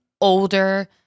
older